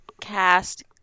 cast